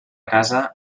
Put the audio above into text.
casa